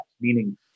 meaning